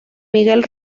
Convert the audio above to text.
miguel